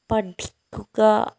പഠിക്കുക